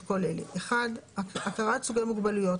את כל אלה: הכרת סוגי מוגבלויות,